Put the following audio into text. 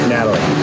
Natalie